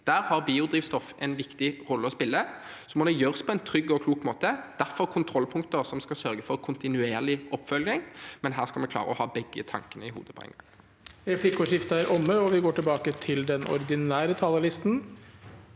Der har biodrivstoff en viktig rolle å spille. Det må gjøres på en trygg og klok måte, og derfor har vi kontrollpunkter som skal sørge for kontinuerlig oppfølging – men her skal vi klare å ha begge tankene i hodet på én gang.